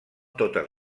totes